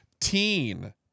Teen